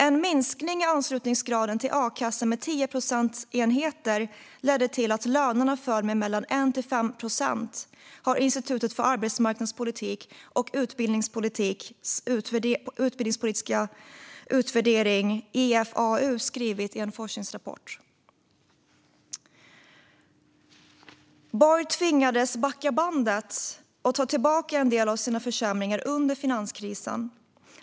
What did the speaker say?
En minskning av anslutningsgraden till a-kassor med 10 procentenheter ledde till att lönerna föll med mellan 1 och 5 procent. Detta har Institutet för arbetsmarknads och utbildningspolitisk utvärdering, IFAU, skrivit i en forskningsrapport. Anders Borg tvingades backa bandet och ta tillbaka en del av sina försämringar under finanskrisen.